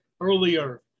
earlier